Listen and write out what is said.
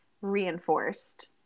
reinforced